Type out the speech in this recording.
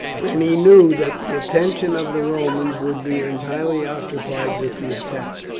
and he knew that the attention of the romans would be entirely occupied with the attack.